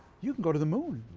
you can go to the moon.